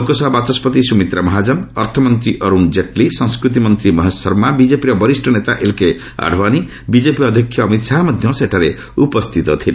ଲୋକସଭା ବାଚସ୍କତି ସୁମିତ୍ରା ମହାଜନ ଅର୍ଥମନ୍ତ୍ରୀ ଅରୁଣ ଜେଟ୍ଲୀ ସଂସ୍କୃତି ମନ୍ତ୍ରୀ ମହେଶ ଶର୍ମା ବିଜେପିର ବରିଷ୍ଣ ନେତା ଏଲ୍କେ ଆଡଭାନୀ ବିଜେପି ଅଧ୍ୟକ୍ଷ ଅମିତ ଶାହା ମଧ୍ୟ ସେଠାରେ ଉପସ୍ଥିତ ଥିଲେ